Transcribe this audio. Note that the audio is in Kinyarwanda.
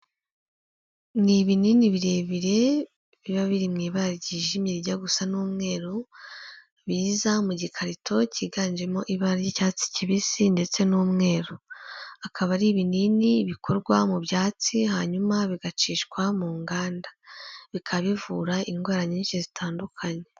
Ni ibinini birebire biba biri mu ibara ryijimye, rijya gusa n'umweru biza mu gikarito cyiganjemo ibara ry'icyatsi kibisi ndetse n'umweru, akaba ari ibinini bikorwa mu byatsi hanyuma bigacishwa mu nganda, bikaba bivura indwara nyinshi zitandukanye.